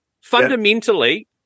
Fundamentally